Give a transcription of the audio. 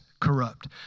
corrupt